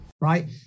right